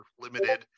limited